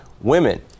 Women